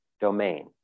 domain